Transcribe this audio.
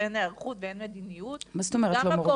ואין היערכות ואין מדיניות --- מה זאת אומרת לא מורגלים?